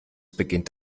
beginnt